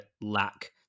lack